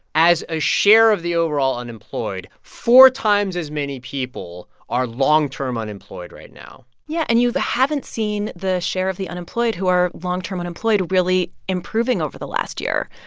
as a share of the overall unemployed, four times as many people are long-term unemployed right now yeah. and you haven't seen the share of the unemployed who are long-term unemployed really improving over the last year.